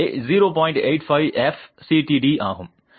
85 f c t d ஆகும்